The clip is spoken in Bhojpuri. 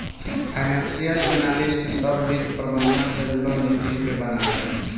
फाइनेंशियल एनालिस्ट सभ वित्त प्रबंधन से जुरल नीति के बनावे ला